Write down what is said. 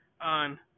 on